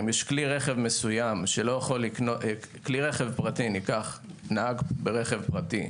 אם יש כלי רכב מסוים, פרטי, ניקח נהג ברכב פרטי,